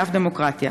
לאף דמוקרטיה.